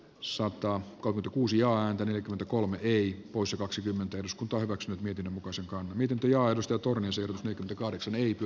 sota on kotikuusi oanta neljäkymmentäkolme ei usa kaksikymmentä eduskunta hyväksyi hytin osakkaan niityt ja aidosta turunen siirtyi kaudeksi liity